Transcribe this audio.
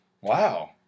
Wow